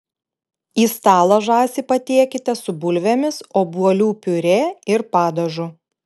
į stalą žąsį patiekite su bulvėmis obuolių piurė ir padažu